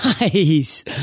nice